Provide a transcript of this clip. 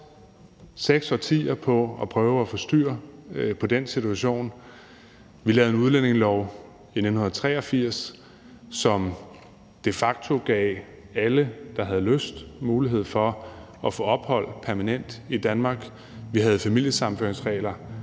6 årtier på at prøve at få styr på den situation. Vi lavede en udlændingelov i 1983, som de facto gav alle, der havde lyst, mulighed for at få permanent ophold i Danmark. Vi havde familiesammenføringsregler,